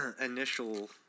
initial